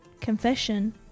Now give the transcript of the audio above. confession